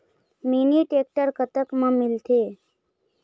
Mini tractor कतक म मिलथे?